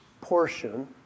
portion